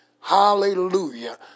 Hallelujah